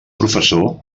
professor